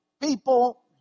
people